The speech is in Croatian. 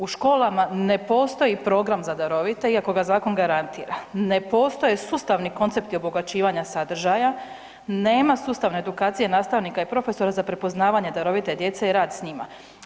U školama ne postoji program za darovite iako ga zakon garantira, ne postoje sustavni koncepti obogaćivanja sadržaja, nema sustave edukacije nastavnika i profesora za prepoznavanje darovite djece i rad s njima.